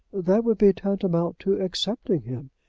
that would be tantamount to accepting him.